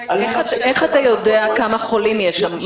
איך אתה יודע כמה חולים יש שם?